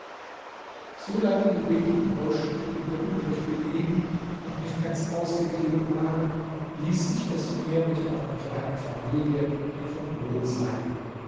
die wenigen goldstücke die mir übrig geblieben noch nicht ganz ausgegeben waren ließ ich es mir mit meiner kleinen familie davon wohl sein